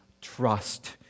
trust